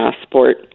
passport